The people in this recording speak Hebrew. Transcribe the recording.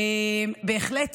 בהחלט